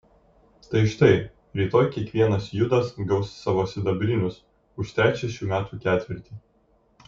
tai štai rytoj kiekvienas judas gaus savo sidabrinius už trečią šių metų ketvirtį